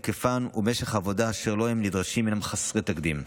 היקפן ומשך העבודה אשר לו הם נדרשים הם חסרי תקדים.